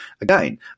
Again